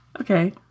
Okay